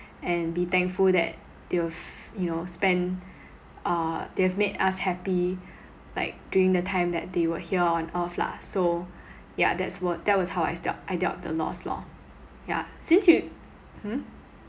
and be thankful that they've you know spent uh they have made us happy like during the time that they were here on earth lah so yeah that's what that was how I dea~ I dealt with the loss lor yeah since you hmm